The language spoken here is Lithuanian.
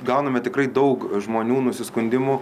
gauname tikrai daug žmonių nusiskundimų